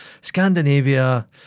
Scandinavia